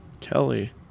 kelly